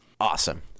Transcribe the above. Awesome